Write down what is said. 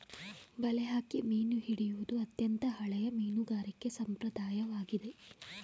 ಬಲೆ ಹಾಕಿ ಮೀನು ಹಿಡಿಯುವುದು ಅತ್ಯಂತ ಹಳೆಯ ಮೀನುಗಾರಿಕೆ ಸಂಪ್ರದಾಯವಾಗಿದೆ